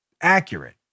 accurate